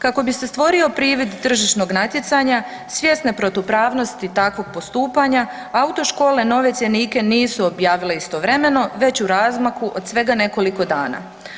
Kako bi se stvorio privid tržišnog natjecanja svjesne protupravnosti takvog postupanja autoškole nove cjenike nisu objavile istovremeno već u razmaku od svega nekoliko dana.